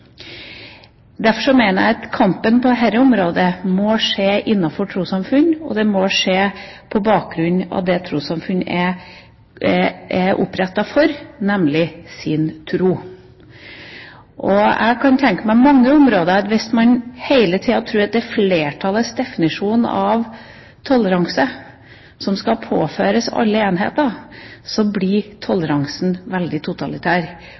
Derfor mener jeg at kampen på dette området må skje innenfor trossamfunn, og det må skje på bakgrunn av det som trossamfunn er opprettet for, nemlig sin tro. Hvis man hele tiden tror det er flertallets definisjon av toleranse som skal påføres alle enheter, blir toleransen veldig totalitær.